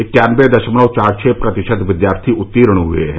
इक्यानबे दशमलव चार छह प्रतिशत विद्यार्थी उत्तीर्ण हुए हैं